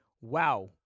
Wow